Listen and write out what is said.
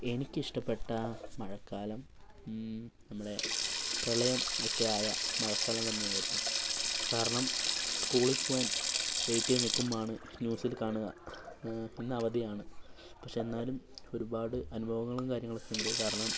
എനിക്കിഷ്ടപ്പെട്ട മഴക്കാലം നമ്മുടെ പ്രളയം ഒക്കെ ആയ മഴക്കാലം തന്നെയായിരുന്നു കാരണം സ്ക്കൂളിൽ പോവാൻ വെയിറ്റ് ചെയ്ത് നിൽക്കുമ്പോഴാണ് ന്യൂസിൽ കാണുക ഇന്നവധിയാണ് പക്ഷേ എന്നാലും ഒരുപാട് അനുഭവങ്ങളും കാര്യങ്ങളുമൊക്കെയുണ്ട് കാരണം